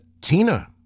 Tina